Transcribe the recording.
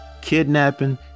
Kidnapping